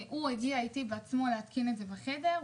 הוא הגיע איתי בעצמו להתקין את זה בחדר,